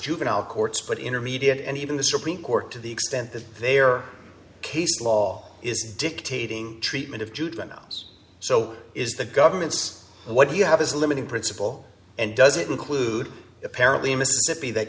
juvenile courts but intermediate and even the supreme court to the extent that they are case law is dictating treatment of juveniles so is the government's what you have is a limiting principle and does it include apparently in mississippi that